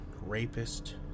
rapist